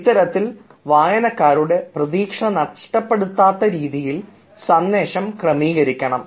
ഇത്തരത്തിൽ വായനക്കാരുടെ പ്രതീക്ഷ നഷ്ടപ്പെടാത്ത രീതിയിൽ സന്ദേശം ക്രമീകരിക്കണം